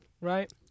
right